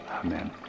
Amen